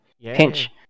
pinch